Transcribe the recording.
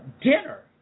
dinner